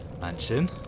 mansion